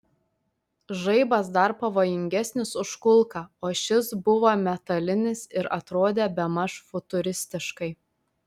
žaibas dar pavojingesnis už kulką o šis buvo metalinis ir atrodė bemaž futuristiškai